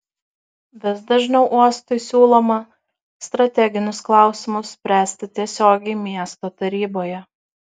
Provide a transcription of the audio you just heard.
vis dažniau uostui siūloma strateginius klausimus spręsti tiesiogiai miesto taryboje